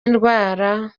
indwara